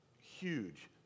huge